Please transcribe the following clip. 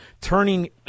turning